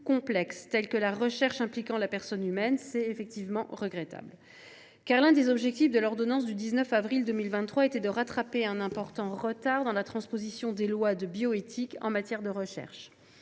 telles que la recherche impliquant la personne humaine, c’est regrettable. L’un des objectifs de l’ordonnance du 19 avril 2023 était en effet de rattraper un important retard dans la transposition des lois de bioéthique en matière de recherche.